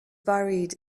buried